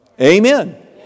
Amen